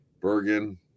Bergen